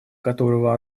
которого